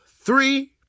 three